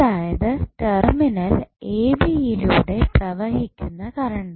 അതായത് terminal A B യിലൂടെ പ്രവഹിക്കുന്ന കറണ്ട്